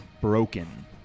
broken